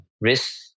risk